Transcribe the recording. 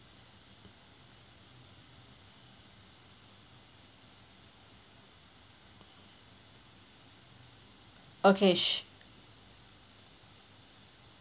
okay su~